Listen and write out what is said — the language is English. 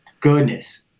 Goodness